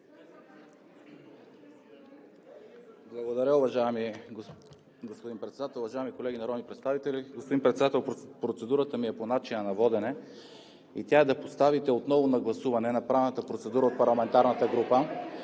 Благодаря, уважаеми господин Председател. Уважаеми колеги народни представители! Господин Председател, процедурата ми е по начина на водене и тя е: отново да поставите на гласуване направената от парламентарната група